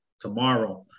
tomorrow